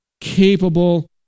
capable